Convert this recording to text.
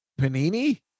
Panini